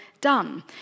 done